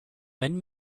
wenn